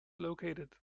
located